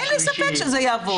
אין לי ספק שזה יעבור.